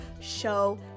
show